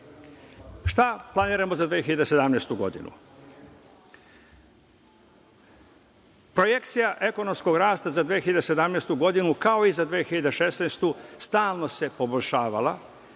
planiramo za 2017. godinu? Projekcija ekonomskog rasta za 2017. godinu, kao i za 2016. godinu, stalno se poboljšavala